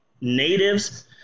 natives